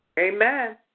Amen